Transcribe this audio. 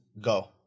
go